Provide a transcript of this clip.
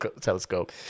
Telescope